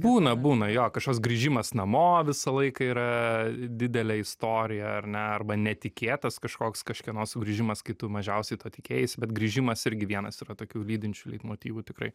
būna būna jo kažkoks grįžimas namo visą laiką yra didelė istorija ar ne arba netikėtas kažkoks kažkieno sugrįžimas kai tu mažiausiai to tikėjaisi bet grįžimas irgi vienas yra tokių lydinčių leitmotyvų tikrai